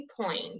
point